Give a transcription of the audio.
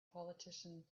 politician